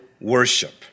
worship